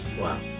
Wow